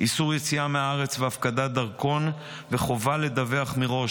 איסור יציאה מהארץ והפקדת דרכון וחובה לדווח מראש